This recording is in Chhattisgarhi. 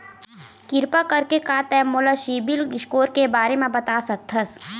किरपा करके का तै मोला सीबिल स्कोर के बारे माँ बता सकथस?